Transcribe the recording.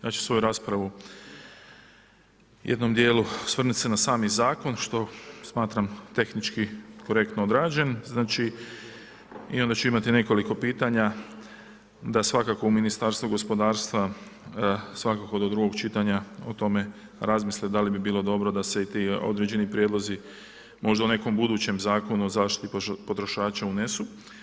Ja ću svoju raspravu jednom djelu osvrnut se na sami zakon što smatram tehnički korektno odrađen i onda ću imati nekoliko pitanja da svakako u Ministarstvu gospodarstva, svakako do drugog čitanja o tome razmisle da li bi bilo dobro da se i ti određeni prijedlozi možda u nekom budućem zakonu o zaštiti potrošača unesu.